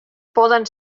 poden